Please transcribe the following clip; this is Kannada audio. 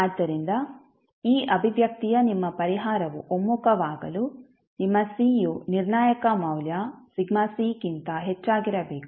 ಆದ್ದರಿಂದ ಈ ಅಭಿವ್ಯಕ್ತಿಯ ನಿಮ್ಮ ಪರಿಹಾರವು ಒಮ್ಮುಖವಾಗಲು ನಿಮ್ಮ ಯು ನಿರ್ಣಾಯಕ ಮೌಲ್ಯಕ್ಕಿಂತ ಹೆಚ್ಚಾಗಿರಬೇಕು